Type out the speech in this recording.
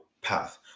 path